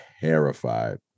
terrified